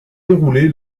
déroulée